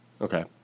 Okay